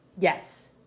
yes